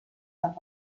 saab